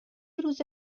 روز